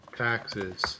taxes